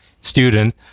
student